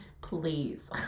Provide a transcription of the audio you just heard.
Please